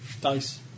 dice